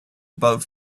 about